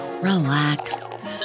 relax